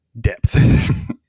depth